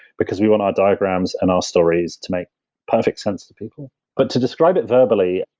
because we want our diagrams and our stories to make perfect sense to people but to describe it verbally,